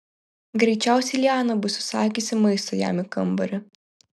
greičiausiai liana bus užsakiusi maisto jam į kambarį